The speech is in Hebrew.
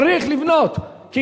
צריך לבנות, תודה.